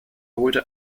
holte